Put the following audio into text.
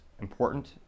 Important